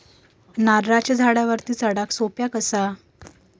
नारळाच्या झाडावरती चडाक सोप्या कसा?